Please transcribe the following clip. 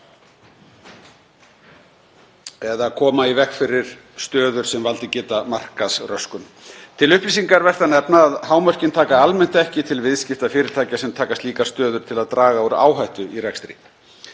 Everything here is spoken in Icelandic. að koma í veg fyrir stöður sem valdið geta markaðsröskun. Til upplýsinga er vert að nefna að hámörkin taka almennt ekki til viðskipta fyrirtækja sem taka slíkar stöður til að draga úr áhættu í rekstri.